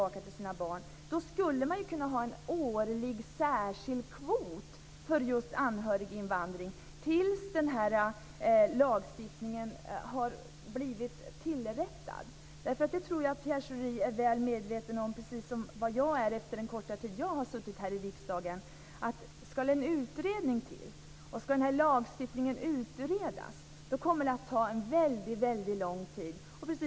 Vi kan allesammans konstatera att regeln uppenbarligen har blivit för strikt för att människor skall kunna komma hit när de vill komma tillbaka till sina barn. Jag tror att Pierre Schori - likaväl som jag är efter den korta tid som jag har suttit här i riksdagen - är medveten om, att om den här lagstiftningen skall utredas, kommer det att ta väldigt lång tid anspråk.